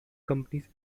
companies